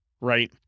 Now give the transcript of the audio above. right